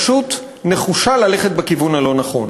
פשוט נחושה ללכת בכיוון הלא-נכון.